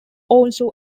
also